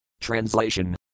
Translation